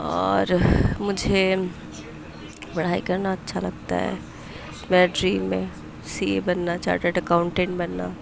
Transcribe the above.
اور مجھے پڑھائی کرنا اچھا لگتا ہے میرا ڈریم ہے سی اے بننا چارٹرڈ اکاؤنٹینٹ بننا